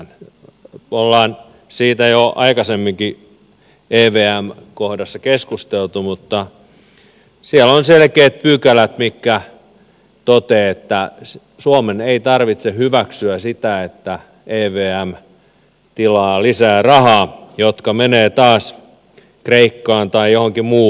me olemme siitä jo aikaisemminkin evm kohdassa keskustelleet mutta siellä on selkeät pykälät mitkä toteavat että suomen ei tarvitse hyväksyä sitä että evm tilaa lisää rahaa joka menee taas kreikkaan tai johonkin muualle